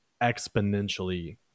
exponentially